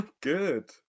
Good